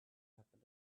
happen